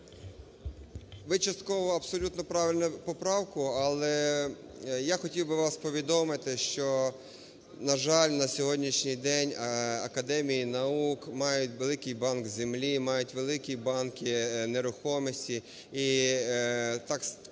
ви частково абсолютно правильно поправку. Але я хотів би вас повідомити, що, на жаль, на сьогоднішній день академії наук мають великий банк землі, мають великі банки нерухомості. І так сталося,